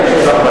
איך היא תגלה?